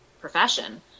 profession